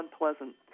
unpleasant